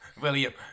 William